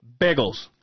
Bagels